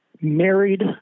married